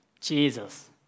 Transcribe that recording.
Jesus